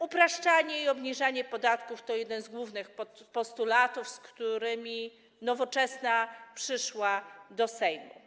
Upraszczanie i obniżanie podatków to jedne z głównych postulatów, z którymi Nowoczesna przyszła do Sejmu.